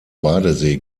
badesee